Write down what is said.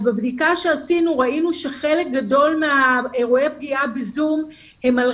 בבדיקה שעשינו ראינו שחלק גדול מאירועי הפגיעה ב-זום הם על